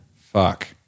Fuck